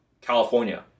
California